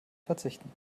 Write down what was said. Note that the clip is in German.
verzichten